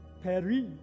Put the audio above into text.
Paris